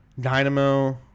dynamo